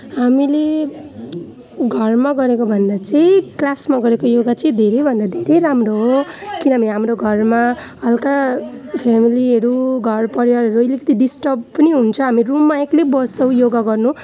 हामीले घरमा गरेको भन्दा चाहिँ क्लासको गरेको योगा चाहिँ धेरै भन्दा धेरै राम्रो हो किनभने हाम्रो घरमा हल्का फ्यामिलीहरू घर परिवारहरू अलिकति डिस्टर्भ पनि हुन्छ हामी रुममा एक्लै बस्छौँ योगा गर्नु